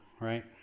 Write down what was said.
right